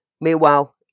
Meanwhile